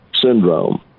syndrome